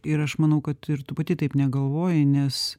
ir aš manau kad ir tu pati taip negalvoji nes